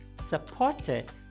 supported